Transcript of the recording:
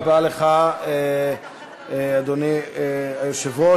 תודה רבה לך, אדוני היושב-ראש.